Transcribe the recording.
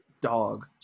dog